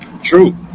true